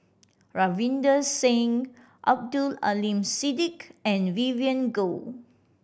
Ravinder Singh Abdul Aleem Siddique and Vivien Goh